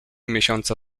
miesiąca